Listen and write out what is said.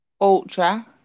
ultra